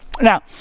Now